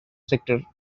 sector